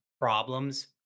problems